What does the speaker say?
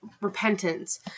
repentance